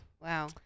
Wow